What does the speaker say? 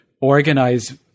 organize